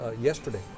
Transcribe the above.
yesterday